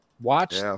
watch